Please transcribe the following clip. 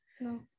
No